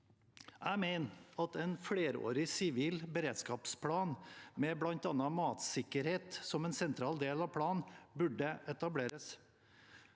Jeg mener at en flerårig, sivil beredskapsplan, med bl.a. matsikkerhet som en sentral del av planen, burde etableres.